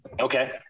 Okay